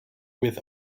with